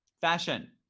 fashion